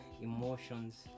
emotions